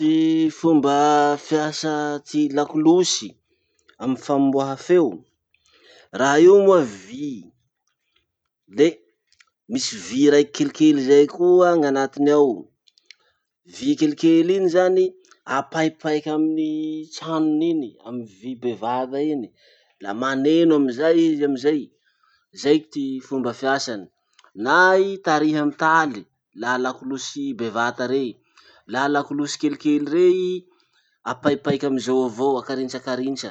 Ty fomba fiasa ty lakilosy amy famoaha feo. Raha io moa vy, le misy vy raiky kelikely zay koa gny anatiny ao. Vy kelikely iny zany, apaipaiky amin'ny tranony iny, amy vy bevata iny, la maneno amizay izy amizay. Zay ty fomba fiasany. Na i tarihy amy taly, laha lakilosy bevata rey, laha lakilosy kelikely rey i, apaipaiky amizao avao akaritsakaritsaky.